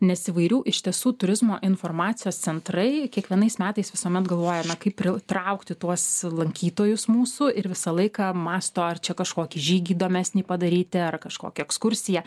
nes įvairių iš tiesų turizmo informacijos centrai kiekvienais metais visuomet galvoja na kaip pritraukti tuos lankytojus mūsų ir visą laiką mąsto ar čia kažkokį žygį įdomesnį padaryti ar kažkokią ekskursiją